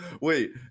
wait